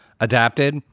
adapted